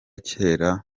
kera